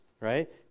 right